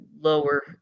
lower